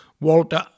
Walter